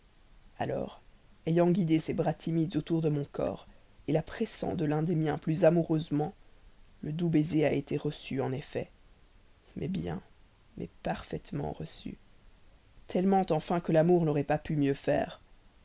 alors ayant guidé ses bras timides autour de mon corps la pressant de l'un des miens plus amoureusement le doux baiser a été reçu en effet mais bien mais parfaitement reçu tellement enfin que l'amour n'aurait pas pu mieux faire